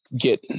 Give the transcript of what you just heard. get